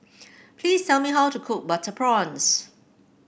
please tell me how to cook Butter Prawns